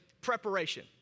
preparation